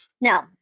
No